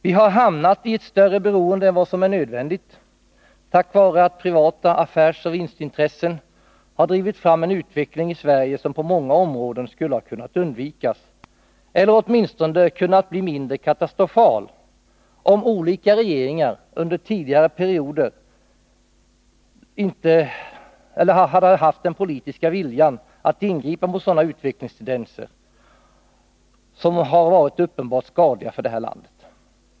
Vi har hamnat i ett större beroende än vad som är nödvändigt, på grund av att privata affärsoch vinstintressen har drivit fram en utveckling i Sverige som på många områden skulle ha kunnat undvikas eller åtminstone kunnat bli mindre katastrofal, om olika regeringar under tidigare perioder hade haft den politiska viljan att ingripa mot utvecklingstendenser som uppenbart har varit skadliga för landet.